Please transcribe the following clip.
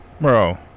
bro